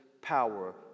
power